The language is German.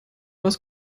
was